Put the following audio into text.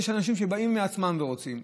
יש אנשים שבאים מעצמם ורוצים.